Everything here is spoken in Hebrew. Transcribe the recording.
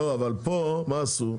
אבל פה מה עשו?